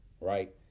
right